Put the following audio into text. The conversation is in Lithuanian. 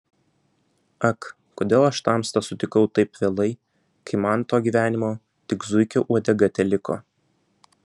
ak kodėl aš tamstą sutikau taip vėlai kai man to gyvenimo tik zuikio uodega teliko